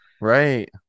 Right